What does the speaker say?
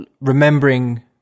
remembering